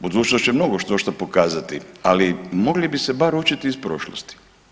Budućnost će mnogo štošta pokazati, ali mogli bi se baš učiti iz prošlosti.